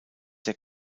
der